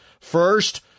First